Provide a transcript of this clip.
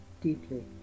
Deeply